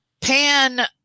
Pan